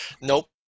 Nope